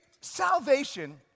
salvation